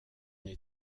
n’ai